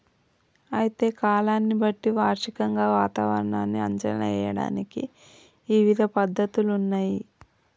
అయితే కాలాన్ని బట్టి వార్షికంగా వాతావరణాన్ని అంచనా ఏయడానికి ఇవిధ పద్ధతులున్నయ్యి